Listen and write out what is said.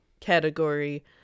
category